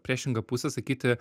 priešingą pusę sakyti